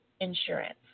insurance